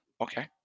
Okay